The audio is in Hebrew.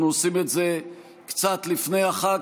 אנחנו עושים את זה קצת לפני החג,